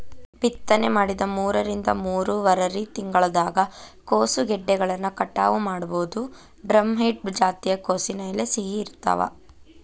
ಬಿತ್ತನೆ ಮಾಡಿದ ಮೂರರಿಂದ ಮೂರುವರರಿ ತಿಂಗಳದಾಗ ಕೋಸುಗೆಡ್ಡೆಗಳನ್ನ ಕಟಾವ ಮಾಡಬೋದು, ಡ್ರಂಹೆಡ್ ಜಾತಿಯ ಕೋಸಿನ ಎಲೆ ಸಿಹಿ ಇರ್ತಾವ